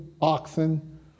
oxen